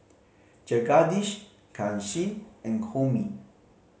Jagadish Kanshi and Homi